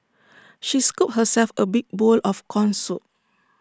she scooped herself A big bowl of Corn Soup